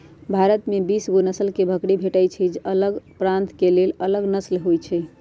भारत में बीसगो नसल के बकरी भेटइ छइ अलग प्रान्त के लेल अलग नसल होइ छइ